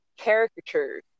caricatures